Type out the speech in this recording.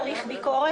ביקורת.